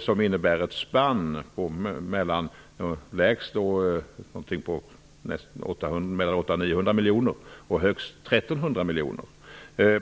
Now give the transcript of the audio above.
som innebär ett spann på lägst mellan 800 och 900 miljoner och högst l 300 miljoner.